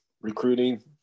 recruiting